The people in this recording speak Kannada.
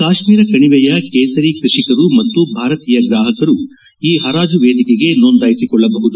ಕಾಶ್ನೀರ ಕಣಿವೆಯ ಕೇಸರಿ ಕೃಷಿಕರು ಮತ್ತು ಭಾರತೀಯ ಗ್ರಾಹಕರು ಈ ಹರಾಜು ವೇದಿಕೆಗೆ ನೋಂದಾಯಿಸಿಕೊಳ್ಳಬಹುದು